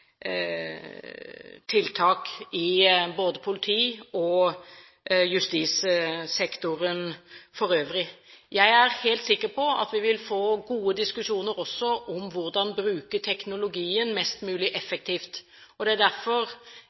justissektoren for øvrig. Jeg er helt sikker på at vi vil få gode diskusjoner også om hvordan man skal bruke teknologien mest mulig effektivt. Det er derfor